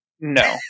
No